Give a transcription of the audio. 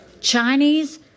Chinese